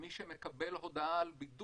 ומי שמקבל הודעה על בידוד,